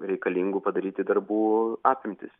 reikalingų padaryti darbų apimtis